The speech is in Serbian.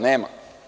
Nema.